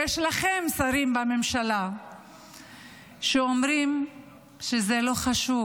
כשיש לכם שרים בממשלה שאומרים שזה לא חשוב,